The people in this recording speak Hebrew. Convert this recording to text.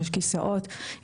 יש כיסאות,